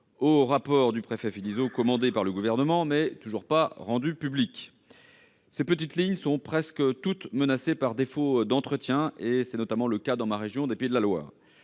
d'un rapport du préfet Philizot, commandé par le Gouvernement, mais toujours pas rendu public. Ces petites lignes sont presque toutes menacées par défaut d'entretien. C'est notamment le cas dans ma région des Pays de la Loire.